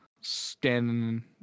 standing